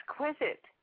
exquisite